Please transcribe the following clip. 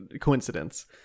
coincidence